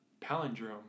palindrome